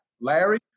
Larry